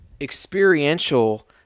experiential